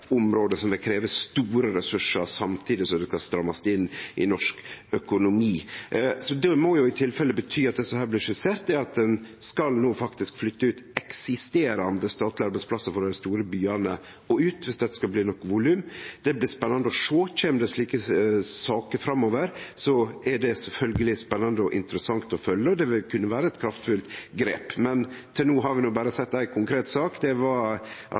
område, som vil krevje store ressursar samtidig som det skal strammast inn i norsk økonomi. Det må i tilfelle bety at det som her blir skissert, er at ein no faktisk skal flytte ut eksisterande statlege arbeidsplassar frå dei store byane, dersom det skal bli noko volum. Det blir spennande å sjå. Kjem det slike saker framover, er det sjølvsagt spennande og interessant å følgje, og det vil kunne vere eit kraftfullt grep. Men til no har vi berre sett éi konkret sak, og det var at